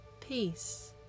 Peace